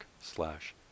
slash